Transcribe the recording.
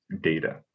data